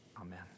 Amen